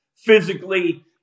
Physically